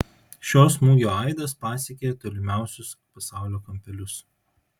šio smūgio aidas pasiekė tolimiausius pasaulio kampelius